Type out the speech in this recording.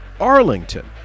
Arlington